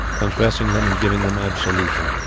confessing them, and giving them absolution.